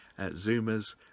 Zoomers